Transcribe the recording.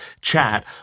chat